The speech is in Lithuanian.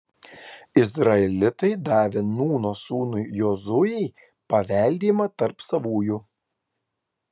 izraelitai davė nūno sūnui jozuei paveldėjimą tarp savųjų